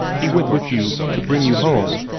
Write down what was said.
he went with you to bring you home.